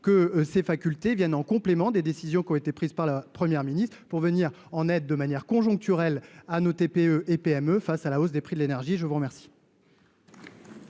que ses facultés viennent en complément des décisions qui ont été prises par la première ministre pour venir en aide de manière conjoncturelle à nos TPE et PME face à la hausse des prix de l'énergie, je vous remercie.